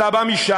אתה בא משם,